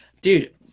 Dude